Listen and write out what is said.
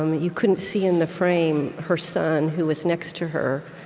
um you couldn't see, in the frame, her son who was next to her,